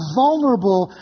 vulnerable